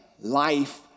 life